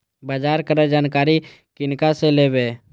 बाजार कै जानकारी किनका से लेवे?